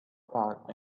part